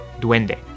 Duende